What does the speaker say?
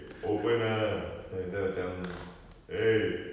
open ah lepas tu macam eh